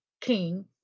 king